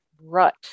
rut